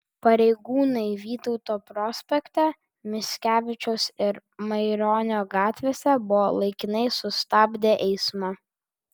pareigūnai vytauto prospekte mickevičiaus ir maironio gatvėse buvo laikinai sustabdę eismą